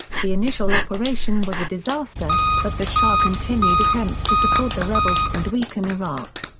the initial operation was a disaster, but the shah continued attempts to support the rebels and weaken iraq.